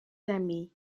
amis